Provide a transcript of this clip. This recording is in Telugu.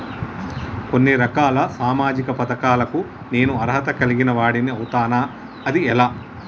కొన్ని రకాల సామాజిక పథకాలకు నేను అర్హత కలిగిన వాడిని అవుతానా? అది ఎలా?